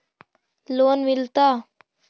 Loan मिलता?